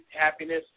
Happiness